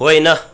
होइन